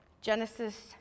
Genesis